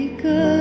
good